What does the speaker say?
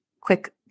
Quick